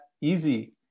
easy